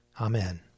Amen